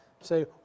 say